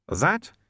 That